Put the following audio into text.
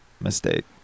mistake